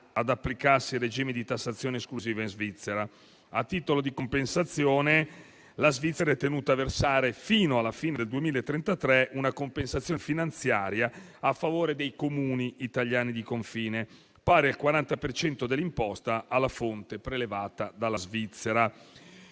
ad applicarsi il regime di tassazione esclusiva in Svizzera. A titolo di compensazione finanziaria, la Svizzera è tenuta a versare, fino alla fine del 2033, una somma a favore dei Comuni italiani di confine, pari al 40 per cento dell'imposta alla fonte prelevata dalla Svizzera.